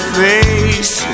face